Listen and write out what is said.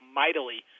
mightily